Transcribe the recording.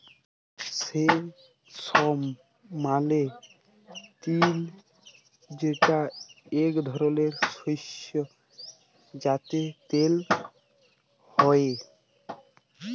সেসম মালে তিল যেটা এক ধরলের শস্য যাতে তেল হ্যয়ে